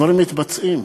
דברים מתבצעים.